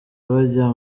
bajya